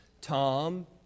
Tom